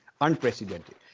unprecedented